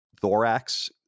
thorax